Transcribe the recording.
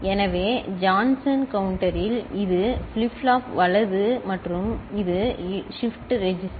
எனவே ஜான்சன் கவுண்ட்டரில் இது ஃபிளிப் ஃப்ளாப் வலது மற்றும் இது ஷிப்ட் ரெஜிஸ்டர்